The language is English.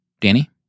Danny